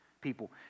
people